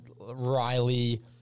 Riley